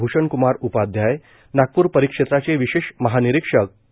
भूषण क्मार उपाध्याय नागपूर परिक्षेत्राचे विशेष महानिरीक्षक के